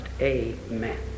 Amen